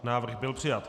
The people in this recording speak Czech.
Návrh byl přijat.